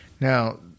Now